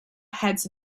heads